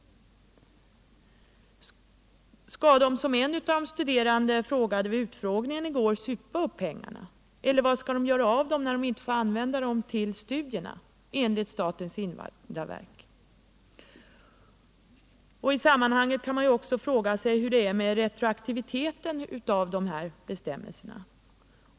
Skall de, som en av de studerande undrade vid utfrågningen i går, supa upp pengarna? Eller vad skall de göra med dem, när de enligt statens invandrarverks sätt att se inte får använda dem till studierna? I sammanhanget kan man också fråga sig hur det är med retroaktiviteten hos dessa bestämmelser.